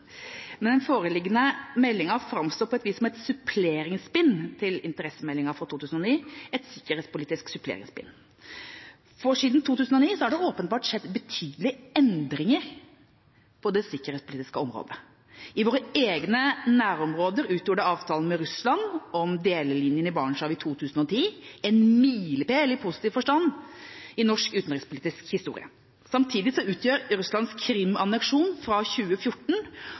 men den foreliggende meldinga framstår på et vis som et suppleringsbind til interessemeldinga fra 2009 – et sikkerhetspolitisk suppleringsbind. Siden 2009 har det åpenbart skjedd betydelige endringer på det sikkerhetspolitiske området. I våre egne nærområder utgjorde avtalen med Russland om delelinjen i Barentshavet i 2010 en milepæl – i positiv forstand – i norsk utenrikspolitisk historie. Samtidig utgjør Russlands Krim-anneksjon fra 2014